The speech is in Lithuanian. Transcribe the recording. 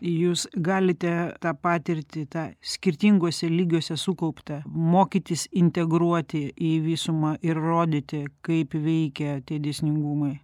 jūs galite tą patirtį tą skirtinguose lygiuose sukauptą mokytis integruoti į visumą ir rodyti kaip veikia tie dėsningumai